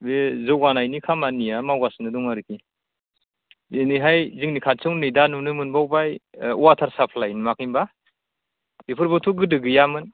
बे जौगानायनि खामानिया मावगासिनो दं आरोखि बेनिखायनो जोंनि खाथियाव नै दा नुनो मोनबावबाय अवाटार साप्लाइ नुवाखै होमब्ला बेफोरबोथ' गोदो गैयामोन